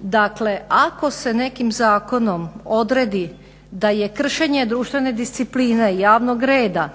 Dakle ako se nekim zakonom odredi da je kršenje društvene discipline, javnog reda,